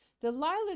Delilah